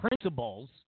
principles